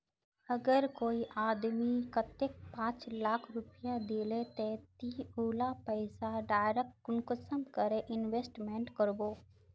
अगर कोई आदमी कतेक पाँच लाख रुपया दिले ते ती उला पैसा डायरक कुंसम करे इन्वेस्टमेंट करबो?